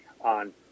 on